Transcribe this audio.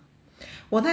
我那天 ah